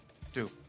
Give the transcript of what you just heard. Stu